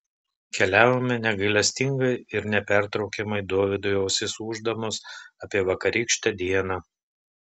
keliavome negailestingai ir nepertraukiamai dovydui ausis ūždamos apie vakarykštę dieną